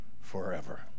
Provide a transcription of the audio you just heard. forever